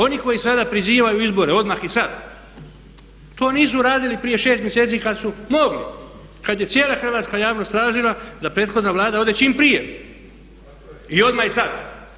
Oni koji sada prizivaju izbore odmah i sad to nisu radili prije 6 mjeseci kad su mogli, kad je cijela hrvatska javnost tražila da prethodna Vlada ode čim prije i odmah i sad.